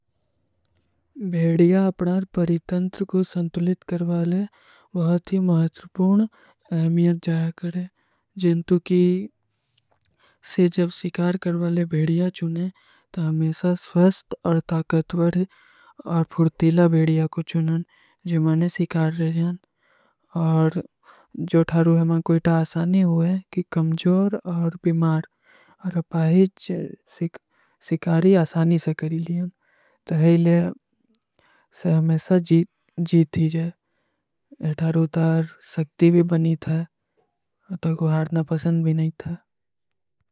ବେଡିଯା ଅପନାର ପରୀତଂତ୍ର କୋ ସଂତୁଲିତ କରଵାଲେ ଵହାଥୀ ମହତ୍ରପୂନ ଏହମିଯତ ଜାଯା କରେଂ। ଜିନ୍ତୁ କୀ ସେ ଜବ ସିକାର କରଵାଲେ ବେଡିଯା ଚୁନେଂ ତା ହମେଶା ସ୍ଵସ୍ତ ଔର ତାକତ୍ଵର ଔର ଫୂର୍ତୀଲା ବେଡିଯା କୋ ଚୁନନ, ଜିମାନେ ସିକାର ରହେଂ। ଔର ଜୋ ଥାରୂ ହମାଂ କୋଈ ତା ଆସାନୀ ହୁଏ, କି କମଜୋର ଔର ବିମାର ଔର ଅପାହିଚ ସିକାରୀ ଆସାନୀ ସେ କରୀ ଲିଯେଂ। ତୋ ହୈଲେ ସେ ହମେଶା ଜୀତ ହୀଜେ, ଥାରୂ ତାର ସକ୍ତି ଭୀ ବନୀ ଥା, ତୋ ଗୁହାଡନା ପସଂଦ ଭୀ ନହୀଂ ଥା।